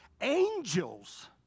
Angels